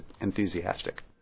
enthusiastic